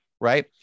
right